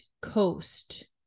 Coast